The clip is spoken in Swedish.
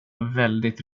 väldigt